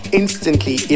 instantly